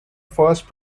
first